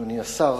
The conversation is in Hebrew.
אדוני השר,